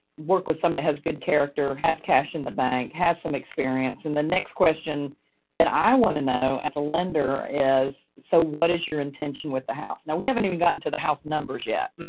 work with someone who has good character, has cash in the bank has some experience and the next question that i want to know as a lender is, so what is your intention with the house? now we haven't even gotten to the house numbers yet,